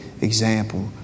example